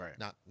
Right